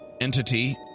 entity